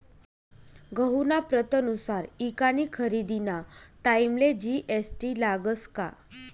गहूना प्रतनुसार ईकानी खरेदीना टाईमले जी.एस.टी लागस का?